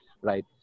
right